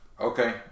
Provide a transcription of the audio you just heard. Okay